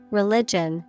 religion